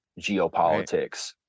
geopolitics